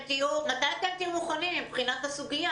מתי תהיו מוכנים בסוגיה?